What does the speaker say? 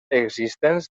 existents